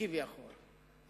כביכול,